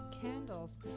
candles